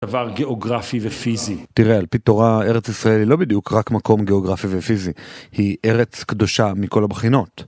דבר גיאוגרפי ופיזי תראה על פי תורה ארץ ישראל היא לא בדיוק רק מקום גיאוגרפי ופיזי היא ארץ קדושה מכל הבחינות.